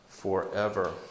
Forever